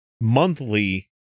monthly